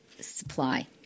supply